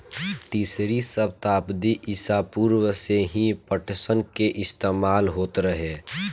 तीसरी सताब्दी ईसा पूर्व से ही पटसन के इस्तेमाल होत रहे